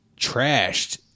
trashed